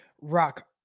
Rock